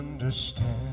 understand